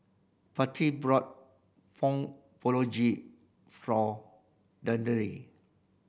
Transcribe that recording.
Patti brought Pong for